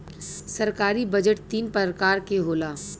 सरकारी बजट तीन परकार के होला